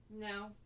No